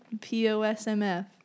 P-O-S-M-F